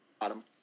bottom